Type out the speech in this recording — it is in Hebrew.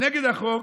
נגד החוק,